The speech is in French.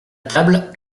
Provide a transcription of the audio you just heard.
table